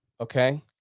Okay